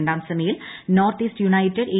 രണ്ടാം സെമിയിൽ North East United A